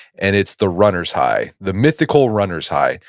and it's the runner's high. the mythical runner's high.